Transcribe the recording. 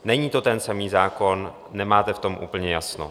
Není to ten samý zákon, nemáte v tom úplně jasno.